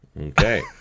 Okay